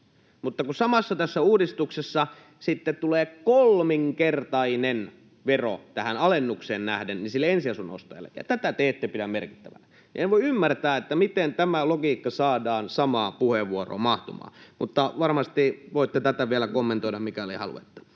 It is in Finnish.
mutta samassa tässä uudistuksessa sitten tulee kolminkertainen vero tähän alennukseen nähden sille ensiasunnon ostajalle, ja tätä te ette pidä merkittävänä. En voi ymmärtää, miten tämä logiikka saadaan samaan puheenvuoroon mahtumaan, mutta varmasti voitte tätä vielä kommentoida, mikäli haluatte.